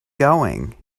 going